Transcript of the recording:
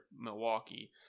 Milwaukee